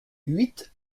huit